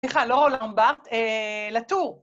סליחה, לא לומברד, לטור.